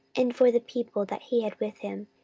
and for the people that he had with him,